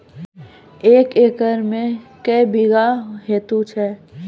एक एकरऽ मे के बीघा हेतु छै?